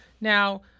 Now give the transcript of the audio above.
Now